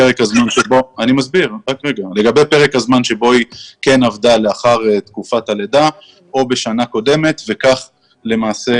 פרק הזמן שבו היא כן עבדה לאחר תקופת הלידה או בשנה קודמת וכך למעשה